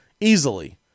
easily